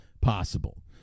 possible